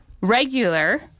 regular